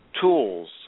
tools